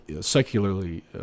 secularly